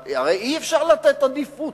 הרי אי-אפשר לתת עדיפות.